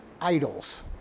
idols